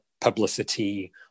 publicity